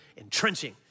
entrenching